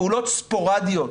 פעולות ספורדיות.